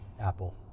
apple